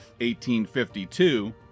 1852